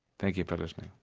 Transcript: thank you for listening